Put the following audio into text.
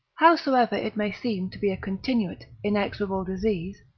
howsoever it may seem to be a continuate, inexorable disease,